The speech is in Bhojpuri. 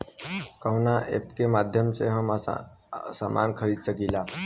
कवना ऐपके माध्यम से हम समान खरीद सकीला?